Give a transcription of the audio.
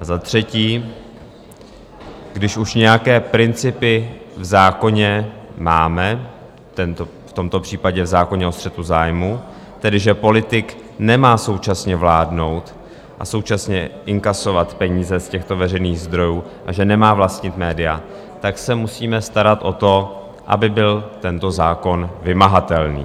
A za třetí, když už nějaké principy v zákoně máme, v tomto případě v zákoně o střetu zájmů, tedy že politik nemá současně vládnout a současně inkasovat peníze z těchto veřejných zdrojů a že nemá vlastnit média, tak se musíme starat o to, aby byl tento zákon vymahatelný.